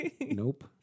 nope